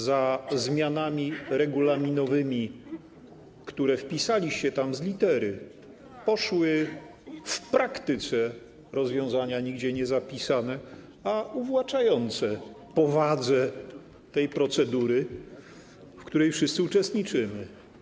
Za zmianami regulaminowymi, które wpisaliście tam z litery, poszły w praktyce rozwiązania nigdzie niezapisane, a uwłaczające powadze tej procedury, w której wszyscy uczestniczymy.